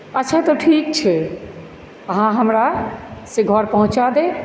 अच्छा तऽ ठीक छै अहाँ हमरा से घर पहुँचा देब